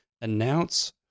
announce